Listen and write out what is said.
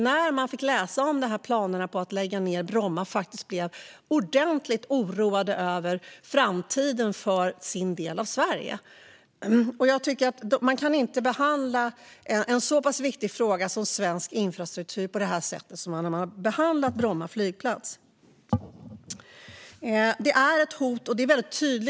När de fick läsa om planerna på att lägga ned Bromma blev de ordentligt oroade för framtiden för deras del av Sverige. Man kan inte behandla en så pass viktig fråga som svensk infrastruktur som man har gjort med Bromma flygplats.